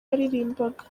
yaririmbaga